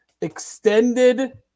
extended